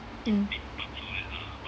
mm